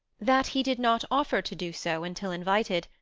that he did not offer to do so until invited,